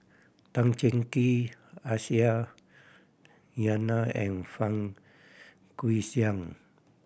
Tan Cheng Kee Aisyah Lyana and Fang Guixiang